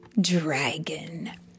Dragon